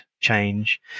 change